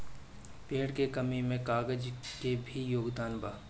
पेड़ के कमी में कागज के भी योगदान बा